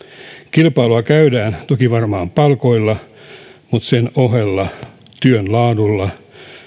kilpailua käydään toki varmaan palkoilla mutta sen ohella työn laadulla